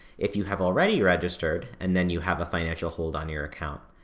if you have already registered, and then you have a financial hold on your account,